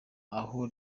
aho